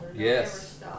yes